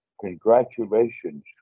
congratulations